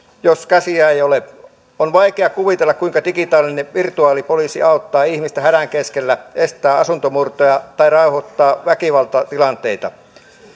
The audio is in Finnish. jos käsiä ei ole on vaikea kuvitella kuinka digitaalinen virtuaalipoliisi auttaa ihmistä hädän keskellä estää asuntomurtoja tai rauhoittaa väkivaltatilanteita